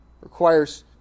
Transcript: requires